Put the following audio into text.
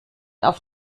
auf